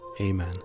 Amen